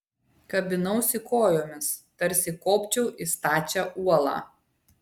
kabinausi kojomis tarsi kopčiau į stačią uolą